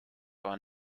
war